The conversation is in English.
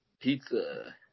Pizza